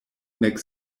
nek